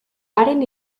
haren